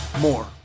more